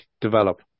develop